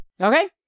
Okay